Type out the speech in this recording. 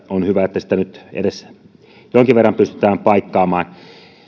on hyvä että sitä nyt edes jonkin verran pystytään paikkaamaan